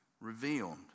revealed